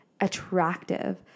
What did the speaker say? attractive